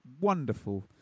wonderful